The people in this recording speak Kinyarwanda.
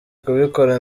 kubikora